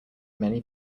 many